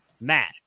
Matt